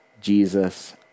Jesus